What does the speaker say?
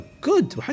good